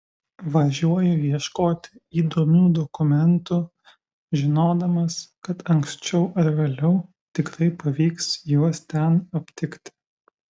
važiuoju ieškoti įdomių dokumentų žinodamas kad anksčiau ar vėliau tikrai pavyks juos ten aptikti